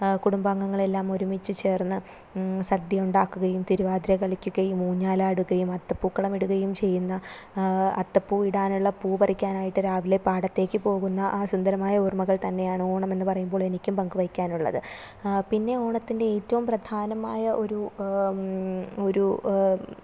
കുടുംബാംഗങ്ങളെല്ലാം ഒരുമിച്ച് ചേർന്ന് സദ്യ ഉണ്ടാക്കുകയും തിരുവാതിര കളിക്കുകയും ഊഞ്ഞാലാടുകയും അത്തപൂക്കളമിടുകയും ചെയ്യുന്ന അത്തപ്പൂ ഇടാനുള്ള പൂപറിക്കാനായിട്ട് രാവിലെ പാടത്തേക്ക് പോകുന്ന ആ സുന്ദരമായ ഓർമകൾ തന്നെയാണ് ഓണം എന്ന് പറയുമ്പോൾ എനിക്കും പങ്കുവയ്ക്കാനുള്ളത് പിന്നെ ഓണത്തിൻ്റെ ഏറ്റവും പ്രധാനമായ ഒരു ഒരു